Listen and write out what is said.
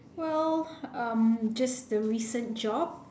well um just the recent job